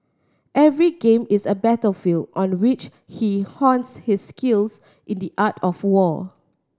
every game is a battlefield on which he hones his skills in the art of war